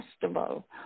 festival